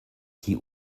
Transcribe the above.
die